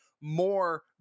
more